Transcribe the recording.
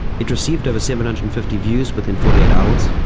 it received over seven hundred and fifty views within forty eight hours,